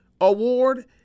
Award